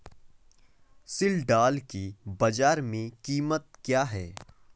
सिल्ड्राल की बाजार में कीमत क्या है?